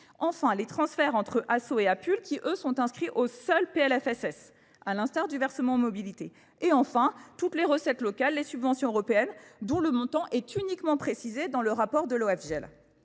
Enfin les transferts entre ASSO et APULE qui eux sont inscrits au seul PLFSS, à l'instar du versement en mobilité. Et enfin toutes les recettes locales et subventions européennes dont le montant est uniquement précisé dans le rapport de l'OFGEL.